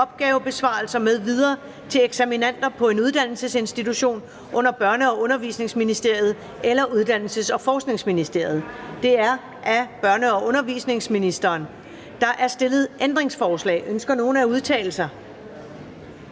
opgavebesvarelser m.v. til eksaminander på en uddannelsesinstitution under Børne- og Undervisningsministeriet eller Uddannelses- og Forskningsministeriet. Af børne- og undervisningsministeren (Pernille Rosenkrantz-Theil).